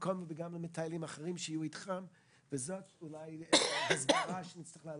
בוודאי עם השלטון המקומי כפי שהבטחנו כדי אולי לצאת עם איזו הצעת חוק.